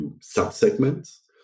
sub-segments